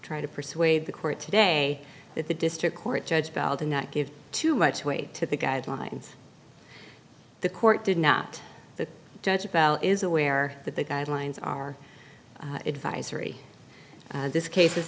trying to persuade the court today that the district court judge bell did not give too much weight to the guidelines the court did not the judge about is aware that the guidelines are advisory this case